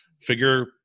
figure